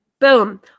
Boom